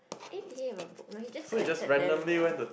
eh did he have a book no he just collected them in a